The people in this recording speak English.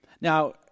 Now